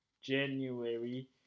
January